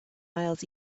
miles